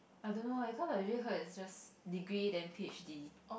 I don't know leh cause I really heard is just degree then p_h_d